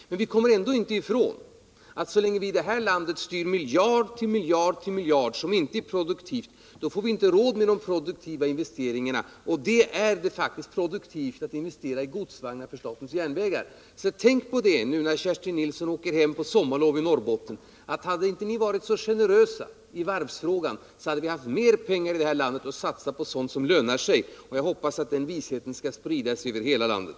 Men vi kommer inte ifrån att så länge vi här i landet styr miljard efter miljard till verksamhet som inte är produktiv får vi inte råd med de produktiva investeringarna. Det är faktiskt produktivt att investera i godsvagnar till statens järnvägar. Tänk på det när Kerstin Nilsson nu åker hem till Norrbotten på sommarlov! Hade inte ni socialdemokrater varit så generösa i varvsfrågan, hade vi haft mer pengar i landet att satsa på sådant som lönar sig. Jag hoppas att den visheten skall sprida sig över hela landet.